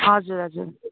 हजुर हजुर